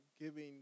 giving